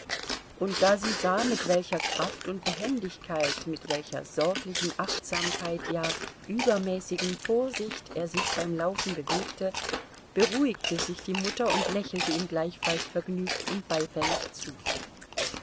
und da sie sah mit welcher kraft und behendigkeit mit welcher sorglichen achtsamkeit ja übermäßigen vorsicht er sich beim laufen bewegte beruhigte sich die mutter und lächelte ihm gleichfalls vergnügt und beifällig zu